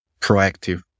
proactive